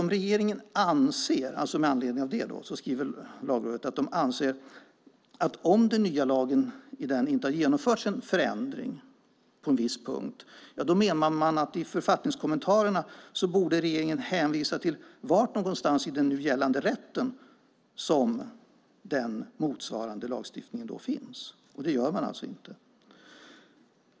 Med anledning av detta skriver Lagrådet att man anser att regeringen, om det i den nya lagen inte har genomförts en förändring på en viss punkt, i författningskommentarerna borde hänvisa till var i den nu gällande rätten som motsvarande lagstiftning finns. Det gör man alltså inte.